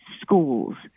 schools